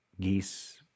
geese